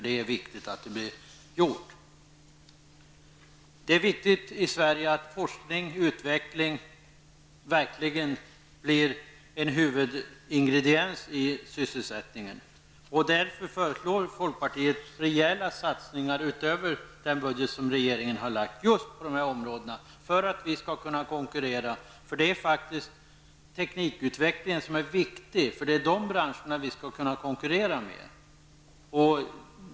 Det är viktigt att det blir gjort. Det är viktigt att forskning och utveckling verkligen blir en huvudingrediens i sysselsättningen i Sverige. Därför föreslår folkpartiet rejäla satsningar på dessa områden, utöver den budget som regeringen har lagt fram, för att vi skall kunna konkurrera. Det är faktiskt teknikutveckling som är viktig. Det är dessa branscher vi skall kunna konkurrera med.